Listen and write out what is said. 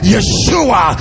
Yeshua